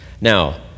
Now